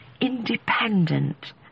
independent